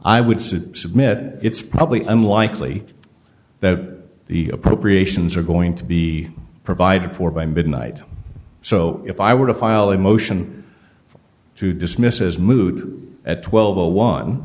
i would say submit it's probably unlikely that the appropriations are going to be provided for by midnight so if i were to file a motion to dismiss is moot at twelve o one